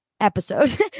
Episode